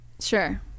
Sure